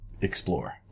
explore